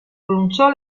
pronunciò